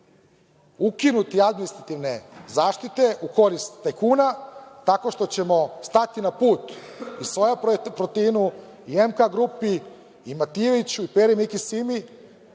ukinuti administrativne zaštite u korist tajkuna tako što ćemo stati na put i SOJAPROTEIN i MK Grupi i Matijeviću i Peri, Miki, Simi